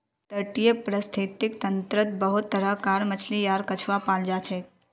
तटीय परिस्थितिक तंत्रत बहुत तरह कार मछली आर कछुआ पाल जाछेक